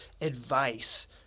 advice